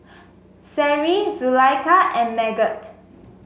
Seri Zulaikha and Megat